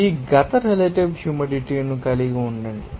ఈ గత relative humidity ను కలిగి ఉండండి